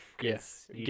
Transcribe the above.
Yes